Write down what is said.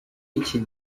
iki